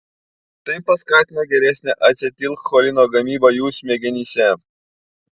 tai paskatino geresnę acetilcholino gamybą jų smegenyse